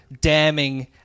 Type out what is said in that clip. damning